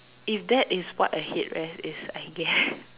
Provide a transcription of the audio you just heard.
if that is what a head rest is I guess